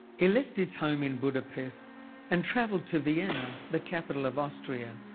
he left his home in budapest and travelled to vienna, the capital of austria.